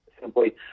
simply